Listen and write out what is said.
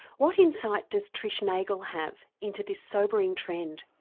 what insight does trish nagel have into this sobering trend?